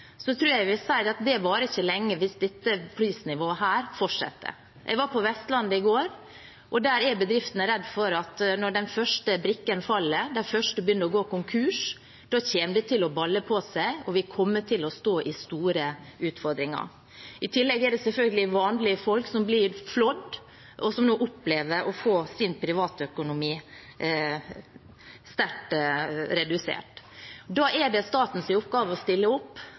tror jeg jeg vil si at det ikke varer lenge hvis dette prisnivået fortsetter. Jeg var på Vestlandet i går, og der er bedriftene redde for at når den første brikken faller, de første begynner å gå konkurs, kommer det til å balle på seg, og vi kommer til å stå i store utfordringer. I tillegg er det selvfølgelig vanlige folk som blir flådd, og som nå opplever å få sin privatøkonomi sterkt redusert. Da er det statens oppgave å stille opp